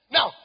Now